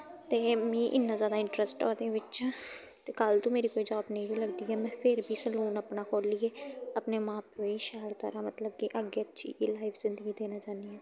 ते मीं इन्ना जैदा इंटरस्ट ऐ ओह्दे बिच्च ते कल तो मेरी कोई जाब नेंई लगदी ऐ में फिर बी सलून अपना खोल्लियै अपने मां प्यो गी शैल तरह् मतलब कि अग्गें अच्छी लाईफ जिन्दगी देना चाह्न्नी आं